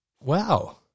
Wow